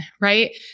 right